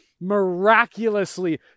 miraculously